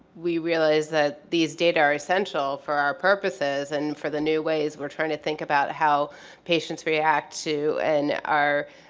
we realize that these data are essential for our purposes and for the new ways were trying to think about how patients react to and are,